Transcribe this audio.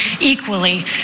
equally